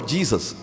Jesus